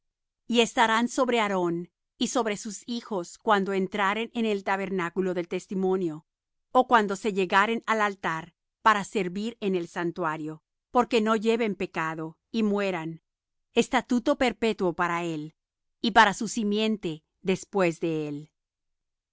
y estarán sobre aarón y sobre sus hijos cuando entraren en el tabernáculo de testimonio ó cuando se llegaren al altar para servir en el santuario porque no lleven pecado y mueran estatuto perpetuo para él y para su simiente después de él